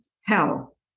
hell